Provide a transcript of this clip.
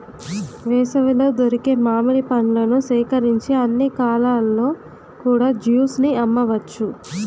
వేసవిలో దొరికే మామిడి పండ్లను సేకరించి అన్ని కాలాల్లో కూడా జ్యూస్ ని అమ్మవచ్చు